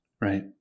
Right